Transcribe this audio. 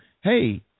hey